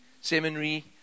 seminary